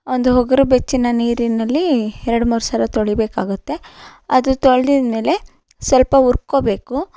ಒಂದು ಉಗುರು ಬೆಚ್ಚನೆ ನೀರಿನಲ್ಲಿ ಎರಡು ಮೂರು ಸಲ ತೊಳೆಯಬೇಕಾಗುತ್ತೆ ಅದು ತೊಳೆದಿದ್ಮೇಲೆ ಸ್ವಲ್ಪ ಉರ್ಕೊಳ್ಬೇಕು